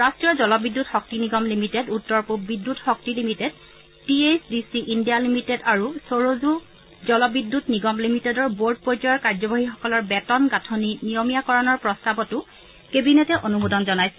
ৰাষ্ট্ৰীয় জলবিদ্যুৎ শক্তি নিগম লিমিটেড উত্তৰ পূব বিদ্যুৎ শক্তি limited T H D C India limited আৰু সৰজু জলবিদ্যুৎ নিগম লিমিটেডৰ বৰ্ড পৰ্যায়ৰ কাৰ্যবাহীসকলৰ বেতন গাঁথনি নিয়মীয়াকৰণৰ প্ৰস্তাৱতো কেবিনেটে অনুমোদন জনাইছে